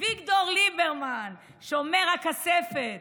אביגדור ליברמן, שומר הכספת,